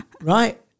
Right